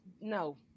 no